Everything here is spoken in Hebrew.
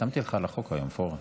חתמתי לך על החוק היום, פורר.